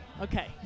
Okay